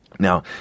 Now